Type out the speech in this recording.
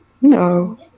No